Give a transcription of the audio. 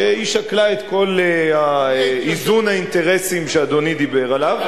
שהיא שקלה את כל איזון האינטרסים שאדוני דיבר עליו.